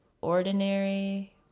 Ordinary